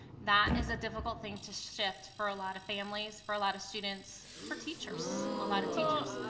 that is a difficult thing to shift for a lot of families, for a lot of students, for teachers, a lot of teachers.